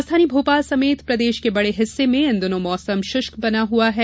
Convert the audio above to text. राजधानी भोपाल समेत प्रदेश के बड़े हिस्से में इन दिनों मौसम शुष्क बना हुआ है